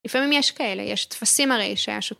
לפעמים יש כאלה, יש טפסים הרי שהשות...